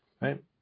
right